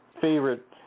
favorite